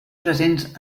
presents